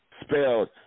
spelled